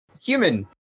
Human